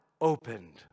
opened